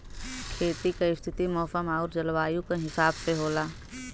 खेती क स्थिति मौसम आउर जलवायु क हिसाब से होला